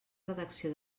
redacció